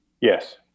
Yes